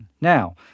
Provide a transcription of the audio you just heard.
Now